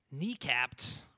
kneecapped